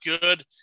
good